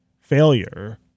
failure